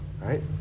right